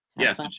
Yes